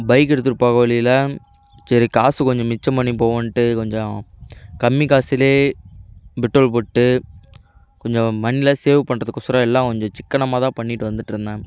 bike எடுத்துட்டு போக வழியில் சரி காசு கொஞ்சம் மிச்சம் பண்ணி போவோன்ட்டு கொஞ்சம் கம்மி காசுலே பெட்ரோல் போட்டு கொஞ்சம் மணிலாம் சேவ் பண்ணுறதுக்கோசரம் எல்லாம் கொஞ்சம் சிக்கனமாதான் பண்ணிட்டு வந்துட்டு இருந்தேன்